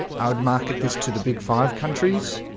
i would market this to the big five countries.